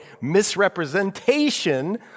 misrepresentation